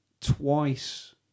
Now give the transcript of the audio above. twice